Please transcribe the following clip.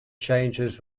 changes